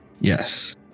Yes